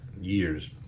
years